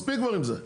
מספיק כבר עם זה.